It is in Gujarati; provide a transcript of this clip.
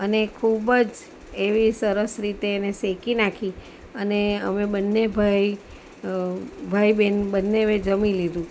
અને ખૂબજ એવી સરસ રીતે એને શેકી નાખી અને અમે બંને ભાઈ ભાઈ બહેન બંનેવે જમી લીધું